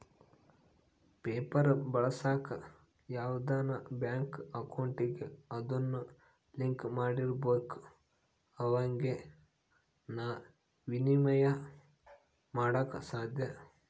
PayPal ಬಳಸಾಕ ಯಾವ್ದನ bank ಅಕೌಂಟಿಗೆ ಅದುನ್ನ ಲಿಂಕ್ ಮಾಡಿರ್ಬಕು ಅವಾಗೆ ಃನ ವಿನಿಮಯ ಮಾಡಾಕ ಸಾದ್ಯ